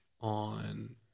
on